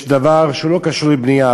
יש דבר שהוא לא קשור לבנייה,